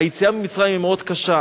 היציאה ממצרים היא מאוד קשה.